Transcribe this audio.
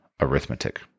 arithmetic